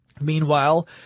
Meanwhile